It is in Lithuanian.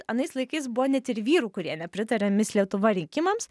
anais laikais buvo net ir vyrų kurie nepritarė mis lietuva rinkimams